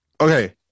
okay